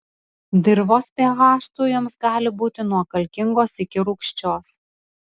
dirvos ph tujoms gali būti nuo kalkingos iki rūgščios